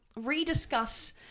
rediscuss